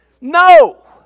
No